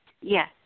Yes